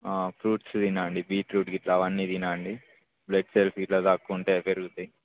fruits తినండి beetroot గిట్లా అవన్నీ తినండి బ్లడ్ సెల్స్ ఇట్లా తక్కువ ఉంటే పెరుగుతాయి